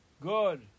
good